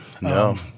No